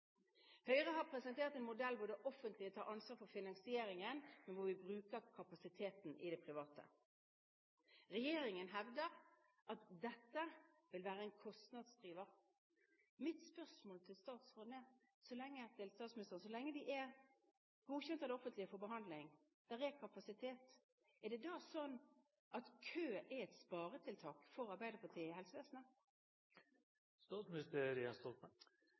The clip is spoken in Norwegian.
Høyre har presentert en modell hvor det offentlige tar ansvar for finansieringen, men hvor vi bruker kapasiteten i det private. Regjeringen hevder at dette vil være en kostnadsdriver. Mitt spørsmål til statsministeren er: Så lenge de er godkjent av det offentlige for behandling, og det er kapasitet, er det da sånn at kø i helsevesenet er et sparetiltak for Arbeiderpartiet?